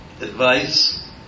advice